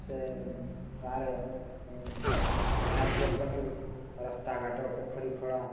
ସେ ଗାଁରେ ଏନଆର୍ଜିଅସ ପାଖରୁ ରାସ୍ତାଘାଟ ପୋଖରୀ ଖୋଳା